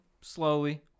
slowly